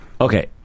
Okay